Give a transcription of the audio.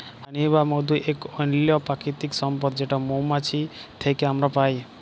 হানি বা মধু ইক অনল্য পারকিতিক সম্পদ যেট মোমাছি থ্যাকে আমরা পায়